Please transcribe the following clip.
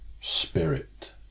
spirit